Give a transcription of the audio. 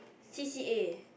C C A